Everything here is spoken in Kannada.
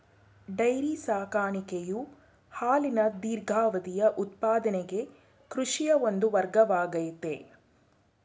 ಡೈರಿ ಸಾಕಾಣಿಕೆಯು ಹಾಲಿನ ದೀರ್ಘಾವಧಿಯ ಉತ್ಪಾದನೆಗೆ ಕೃಷಿಯ ಒಂದು ವರ್ಗವಾಗಯ್ತೆ